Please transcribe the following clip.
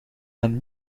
and